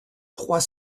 trois